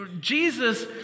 Jesus